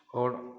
और